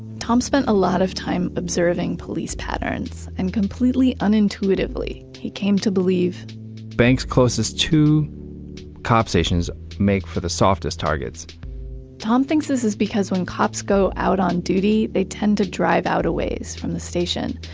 tom spent a lot of time observing police patterns. and completely unintuitively, he came to believe banks closest to cop stations make for the softest targets tom thinks this is because when cops go out on duty, they tend to drive out away from the station.